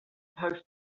post